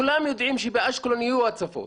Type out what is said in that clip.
כולם יודעים שבאשקלון יהיו הצפות